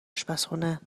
اشپزخونه